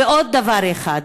ועוד דבר אחד: